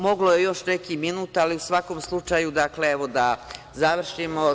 Moglo je još neki minut, ali u svakom slučaju, dakle, evo da završim.